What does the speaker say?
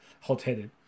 hot-headed